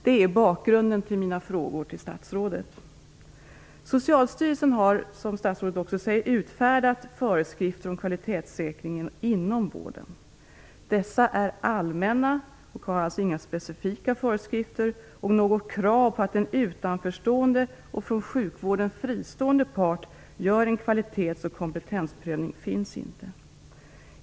Det är bakgrunden till mina frågor till statsrådet. Socialstyrelsen har, som statsrådet också säger, utfärdat föreskrifter om kvalitetssäkring inom vården. Dessa är allmänna - inga specifika föreskrifter finns alltså - och något krav på att en utanförstående och från sjukvården fristående part gör en kvalitets och kompetensprövning finns inte.